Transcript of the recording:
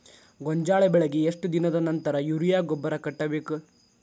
ಗೋಂಜಾಳ ಬೆಳೆಗೆ ಎಷ್ಟ್ ದಿನದ ನಂತರ ಯೂರಿಯಾ ಗೊಬ್ಬರ ಕಟ್ಟಬೇಕ?